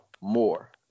more